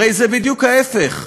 הרי זה בדיוק ההפך.